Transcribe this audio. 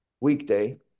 weekday